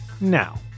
now